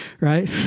Right